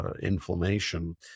inflammation